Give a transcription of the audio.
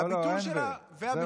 לא, לא, אין ו-, זהו.